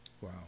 Wow